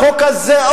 החוק הזה,